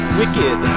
wicked